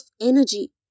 energy